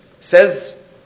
Says